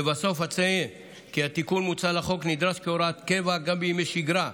לבסוף אציין כי התיקון המוצע לחוק נדרש כהוראת קבע גם בימי שגרה,